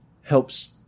helps